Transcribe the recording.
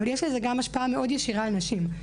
אבל יש לזה גם השפעה מאוד ישירה על נשים.